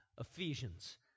Ephesians